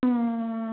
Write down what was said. उम